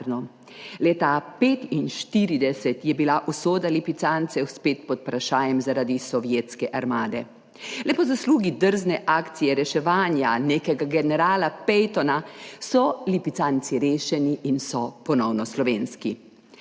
Leta 1945 je bila usoda lipicancev spet pod vprašajem zaradi sovjetske armade. Le po zaslugi drzne akcije reševanja nekega generala Pattona so lipicanci rešeni in so ponovno slovenski.